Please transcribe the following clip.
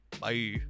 Bye